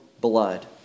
blood